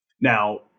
Now